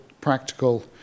practical